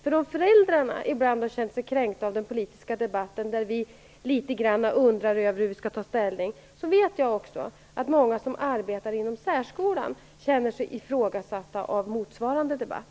Om föräldrarna ibland har känt sig kränkta av den politiska debatten, när vi undrar över hur vi skall ta ställning, så känner sig också många som arbetar inom särskolan ifrågasatta av motsvarande debatt.